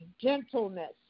gentleness